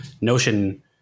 notion